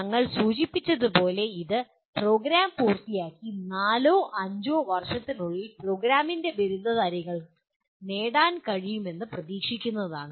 ഞങ്ങൾ സൂചിപ്പിച്ചതുപോലെ അത് പ്രോഗ്രാം പൂർത്തിയാക്കി നാലോ അഞ്ചോ വർഷത്തിനുള്ളിൽ പ്രോഗ്രാമിന്റെ ബിരുദധാരികൾ നേടാൻ കഴിയുമെന്ന് പ്രതീക്ഷിക്കുന്നതാണ്